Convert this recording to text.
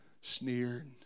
sneered